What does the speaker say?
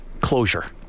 closure